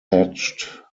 thatched